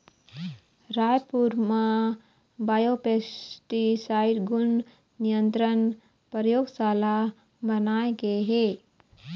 रायपुर म बायोपेस्टिसाइड गुन नियंत्रन परयोगसाला बनाए गे हे